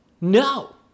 No